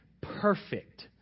perfect